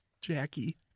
Jackie